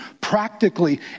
practically